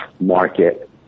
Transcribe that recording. market